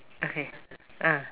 okay ah